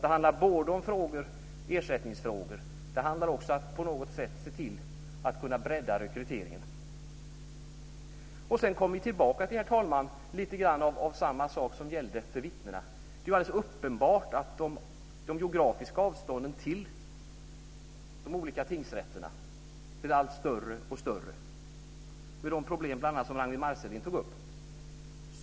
Det handlar både om ersättningsfrågor och om att se till att bredda rekryteringen. Sedan kommer jag tillbaka, herr talman, till lite grann av samma sak som gällde vittnena. Det är alldeles uppenbart att de geografiska avstånden till de olika tingsrätterna blir allt större, med de problem som bl.a. Ragnwi Marcelind tog upp.